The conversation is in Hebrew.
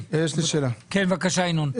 בבקשה, ינון.